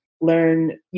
learn